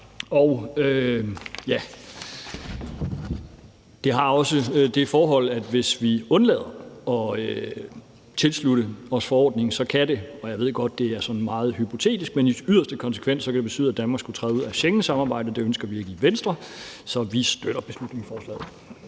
Der er også det forhold, at hvis vi undlader at tilslutte os forordningen, kan det i yderste konsekvens – jeg ved godt, at det er sådan meget hypotetisk – betyde, at Danmark skulle træde ud af Schengensamarbejdet, og det ønsker vi ikke i Venstre. Så vi støtter beslutningsforslaget.